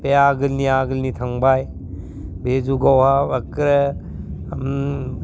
बे आगोलनिया आगोलनि थांबाय बे जुगावहा एगखे